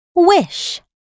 wish